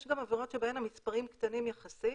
יש גם עבירות שבהן המספרים קטנים יחסית,